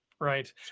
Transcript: right